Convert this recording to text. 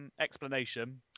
explanation